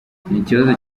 ikibazo